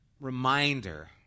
reminder